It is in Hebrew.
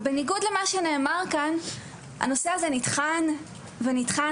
בניגוד למה שנאמר כאן, הנושא הזה נטחן ונטחן.